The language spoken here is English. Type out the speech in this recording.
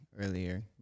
earlier